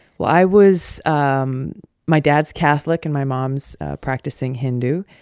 well, i was um my dad's catholic and my mom's a practicing hindu.